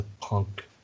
punk